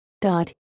dot